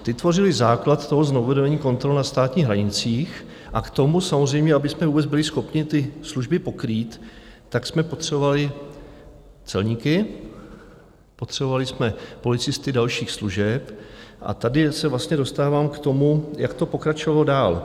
Ti tvořili základ znovuzavedení kontrol na státních hranicích a k tomu samozřejmě, abychom vůbec byli schopni ty služby pokrýt, jsme potřebovali celníky, potřebovali jsme policisty dalších služeb a tady se vlastně dostávám k tomu, jak to pokračovalo dál.